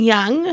Young